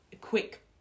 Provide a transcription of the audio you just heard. quick